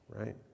right